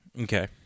okay